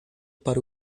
para